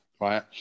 right